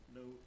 no